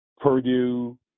Purdue